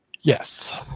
Yes